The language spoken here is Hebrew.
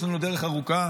יש לנו דרך ארוכה